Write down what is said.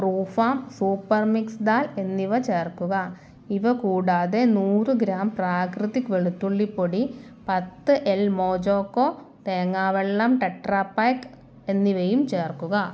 true farm super mix dal എന്നിവ ചേർക്കുക ഇവ കൂടാതെ നൂറ് ഗ്രാം പ്രാകൃതിക് വെളുത്തുള്ളി പൊടി പത്ത് എൽ മോജോകോ തേങ്ങാവെള്ളം ടെട്രാ പാക്ക് എന്നിവയും ചേർക്കുക